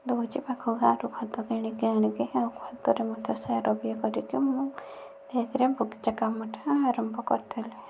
ଦେଉଛି ପାଖ ଗାଁରୁ ଖତ କିଣିକି ଆଣିକି ଆଉ ଖତରେ ମୋତେ ସାର ବି ଇଏ କରିକି ମୁଁ ଧୀରେ ଧୀରେ ବଗିଚା କାମଟା ଆରମ୍ଭ କରିଥିଲି